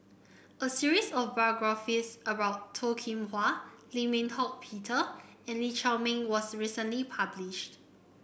a series of biographies about Toh Kim Hwa Lim Eng Hock Peter and Lee Shao Meng was recently published